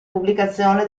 pubblicazione